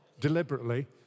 deliberately